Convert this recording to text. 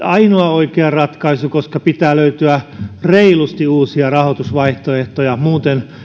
ainoa oikea ratkaisu koska pitää löytyä reilusti uusia rahoitusvaihtoehtoja tai muuten